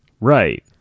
Right